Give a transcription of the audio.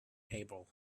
table